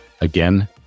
again